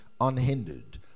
unhindered